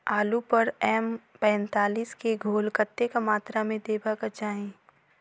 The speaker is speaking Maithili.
आलु पर एम पैंतालीस केँ घोल कतेक मात्रा मे देबाक चाहि?